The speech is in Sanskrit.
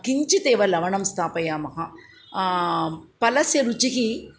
किञ्चिदेव लवणं स्थापयामः फलस्य रुचिः